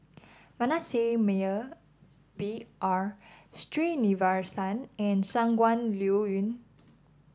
Manasseh Meyer B R Sreenivasan and Shangguan Liuyun